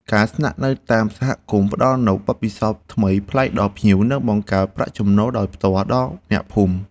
ការស្នាក់នៅតាមសហគមន៍ផ្តល់នូវបទពិសោធន៍ថ្មីប្លែកដល់ភ្ញៀវ និងបង្កើតប្រាក់ចំណូលដោយផ្ទាល់ដល់អ្នកភូមិ។